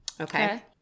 Okay